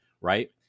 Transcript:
right